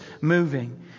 moving